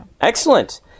Excellent